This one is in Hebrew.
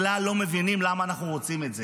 בכלל לא מבינים למה אנחנו רוצים את זה,